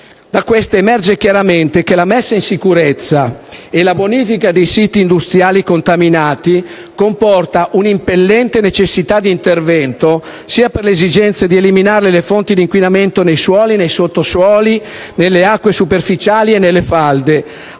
febbraio, emerge chiaramente che la messa in sicurezza e la bonifica dei siti industriali contaminati comportano un'impellente necessità di intervento, sia per l'esigenza di eliminare le fonti di inquinamento nei suoli, nei sottosuoli, nelle acque superficiali e nelle falde,